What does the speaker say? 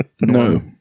No